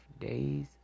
days